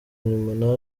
nyuma